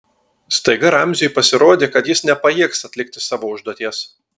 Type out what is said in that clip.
staiga ramziui pasirodė kad jis nepajėgs atlikti savo užduoties